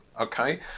okay